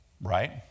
Right